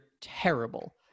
terrible